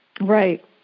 Right